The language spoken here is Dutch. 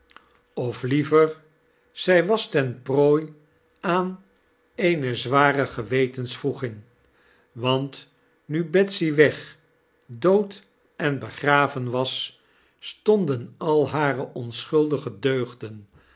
of liever zy was t en prooi aau eene zware gewetenswroeging want nu betsy weg dood en begraven was stonden al hare onschuldige deugden